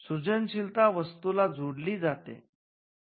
सृजनशीलता वस्तूला जोडली जाते